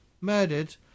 murdered